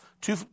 two